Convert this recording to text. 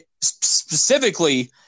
specifically